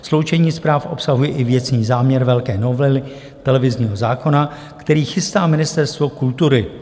Sloučení zpráv obsahuje i věcný záměr velké novely televizního zákona, který chystá Ministerstvo kultury.